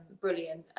Brilliant